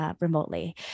Remotely